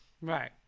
Right